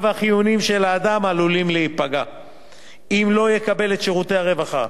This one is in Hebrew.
החיוניים של האדם עלולים להיפגע אם לא יקבל את שירותי הרווחה.